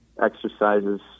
exercises